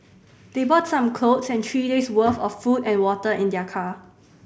they brought some clothes and three days' worth of food and water in their car